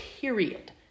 Period